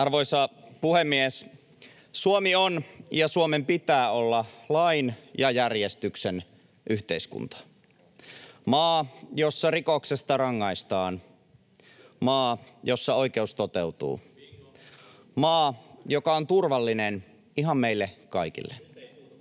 Arvoisa puhemies! Suomi on ja Suomen pitää olla lain ja järjestyksen yhteiskunta. Maa, jossa rikoksesta rangaistaan. Maa, jossa oikeus toteutuu. Maa, joka on turvallinen ihan meille kaikille.